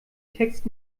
text